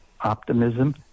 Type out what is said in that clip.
optimism